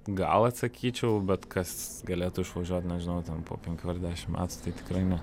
gal atsakyčiau bet kas galėtų išvažiuot nežinau ten po penkių ar dešimt metų tai tikrai ne